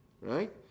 right